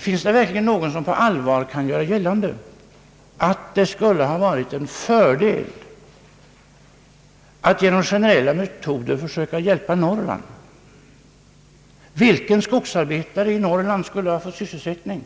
Finns det verkligen någon som på allvar kan göra gällande att det skulle ha varit en fördel att genom generella metoder försöka hjälpa Norrland? Vilken skogsarbetare i Norrland skulle ha fått sysselsättning